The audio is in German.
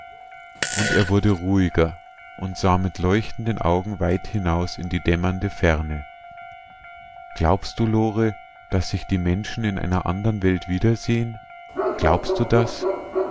und er wurde ruhiger und sah mit leuchtenden augen weit hinaus in die dämmernde ferne glaubst du lore daß sich die menschen in einer andern welt wiedersehen glaubst du das